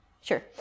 Sure